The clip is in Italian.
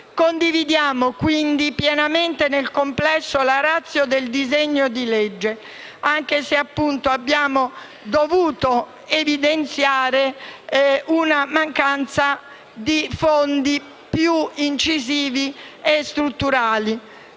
Condividiamo pienamente, quindi, nel complesso la *ratio* del disegno di legge, anche se abbiamo dovuto evidenziare una mancanza di fondi più incisivi e strutturali.